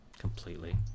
Completely